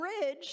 bridge